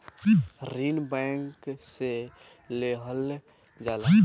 ऋण बैंक से लेहल जाला